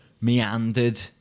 meandered